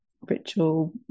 ritual